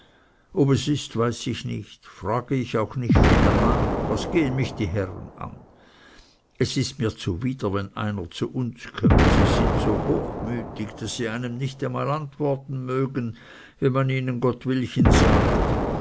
ob es ist weiß ich nicht frage auch nicht viel darnach was gehen mich die herren an es ist mir zwider wenn einer zu uns kömmt sie sind so hochmütig daß sie einem nicht einmal antworten mögen wenn man ihnen gottwilchen sagt